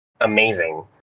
Amazing